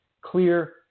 Clear